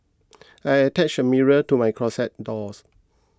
I attached a mirror to my closet doors